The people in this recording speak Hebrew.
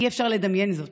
אי-אפשר לדמיין זאת.